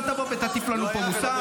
אל תבוא ותטיף לנו מוסר,